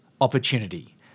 opportunity